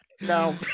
No